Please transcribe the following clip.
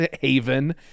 haven